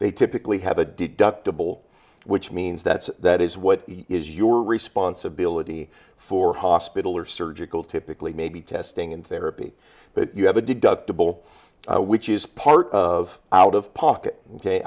they typically have a deductible which means that that is what is your responsibility for hospital or surgical typically maybe testing and therapy but you have a deductible which is part of out of pocket